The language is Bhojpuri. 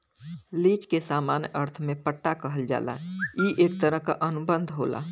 लीज के सामान्य अर्थ में पट्टा कहल जाला ई एक तरह क अनुबंध होला